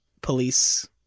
police